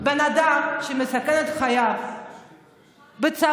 אדם שמסכן את חייו בצבא,